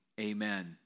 amen